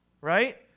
right